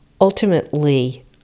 ultimately